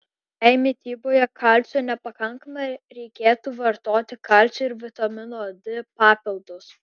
jei mityboje kalcio nepakanka reikėtų vartoti kalcio ir vitamino d papildus